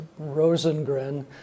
Rosengren